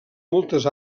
moltes